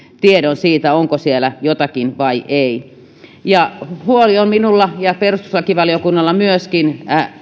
tiedon siitä onko siellä jotakin vai ei minulla ja perustuslakivaliokunnalla on huoli myöskin